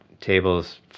tables